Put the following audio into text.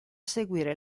seguire